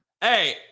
Hey